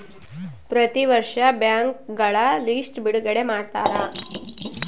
ಪ್ರತಿ ವರ್ಷ ಬ್ಯಾಂಕ್ಗಳ ಲಿಸ್ಟ್ ಬಿಡುಗಡೆ ಮಾಡ್ತಾರ